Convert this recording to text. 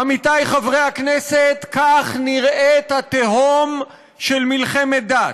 עמיתי חברי הכנסת, כך נראית התהום של מלחמת דת.